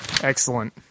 Excellent